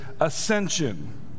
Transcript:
ascension